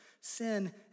sin